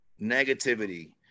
negativity